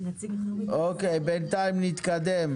בינתיים נתקדם.